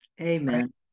Amen